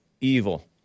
Evil